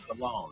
alone